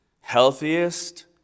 healthiest